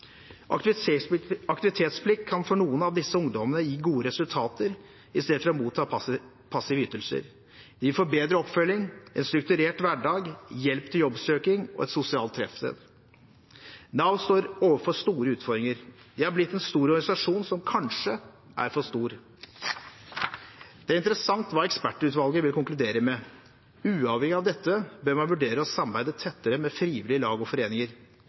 Aktivitetsplikt i stedet for at de mottar passive ytelser, kan for noen av disse ungdommene gi gode resultater. De vil få bedre oppfølging, en strukturert hverdag, hjelp til jobbsøking og et sosialt treffsted. Nav står overfor store utfordringer. Det har blitt en stor organisasjon som kanskje er for stor. Det blir interessant å se hva ekspertutvalget vil konkludere med. Uavhengig av dette bør man vurdere å samarbeide tettere med frivillige lag og foreninger.